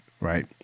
right